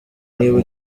niba